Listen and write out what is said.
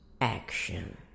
action